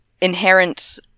inherent